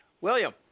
William